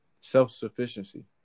self-sufficiency